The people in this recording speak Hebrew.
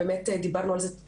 דיברנו על זה,